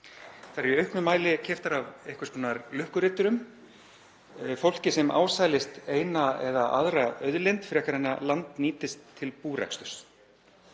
Þær eru í auknum mæli keyptar af einhvers konar lukkuriddurum, fólki sem ásælist eina eða aðra auðlind frekar en að land nýtist til búreksturs.